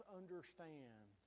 understand